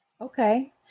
Okay